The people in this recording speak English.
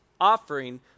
offering